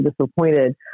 disappointed